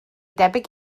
debyg